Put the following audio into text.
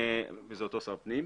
וזה אותו שר פנים.